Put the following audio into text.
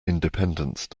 independence